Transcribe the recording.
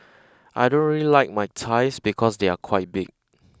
I don't really like my thighs because they are quite big